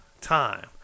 time